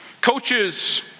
Coaches